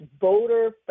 voter